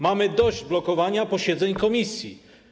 Mamy dość blokowania posiedzeń komisji.